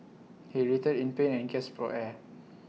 he writhed in pain and gasped for air